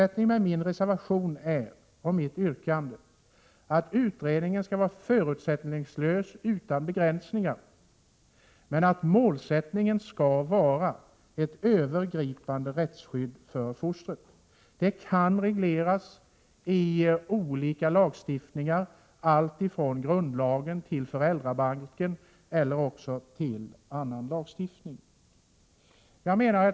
Tanken bakom min reservation och mitt yrkande är att utredningen skall vara förutsättningslös och utan begränsningar men att målsättningen skall vara ett övergripande rättsskydd för fostret. Det kan regleras genom olika lagstiftningar, alltifrån grundlag till föräldrabalk eller annan lagstiftning. Herr talman!